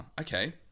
okay